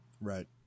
Right